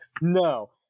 No